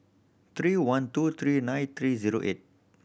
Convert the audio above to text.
three one two three nine three zero eight